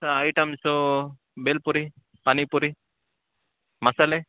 sir items bhelpuri panipuri ಮಸಾಲೆ